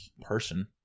person